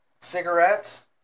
cigarettes